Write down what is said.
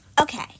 Okay